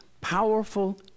powerful